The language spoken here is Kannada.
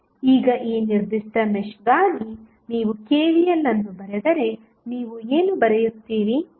ಈಗ ಈ ನಿರ್ದಿಷ್ಟ ಮೆಶ್ಗಾಗಿ ನೀವು KVL ಅನ್ನು ಬರೆದರೆ ನೀವು ಏನು ಬರೆಯುತ್ತೀರಿ